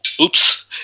oops